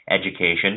Education